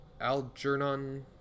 Algernon